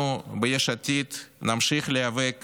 אנחנו ביש עתיד נמשיך להיאבק